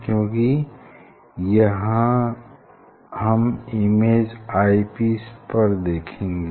क्यूंकि यहाँ हम इमेज आई पीस पर देखेंगे